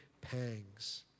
pangs